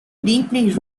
deeply